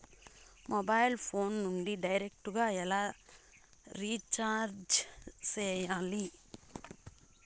mobile phone నుండి direct గా ఎలా రీచార్జి సేయాలి